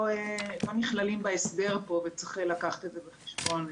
נכללים בהסדר פה וצריך לקחת את זה בחשבון.